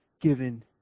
given